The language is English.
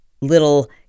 little